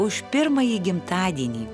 už pirmąjį gimtadienį